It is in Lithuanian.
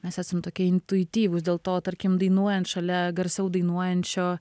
mes esam tokie intuityvūs dėl to tarkim dainuojant šalia garsiau dainuojančio